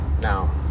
now